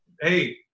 hey